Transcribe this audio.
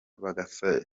bagasigarana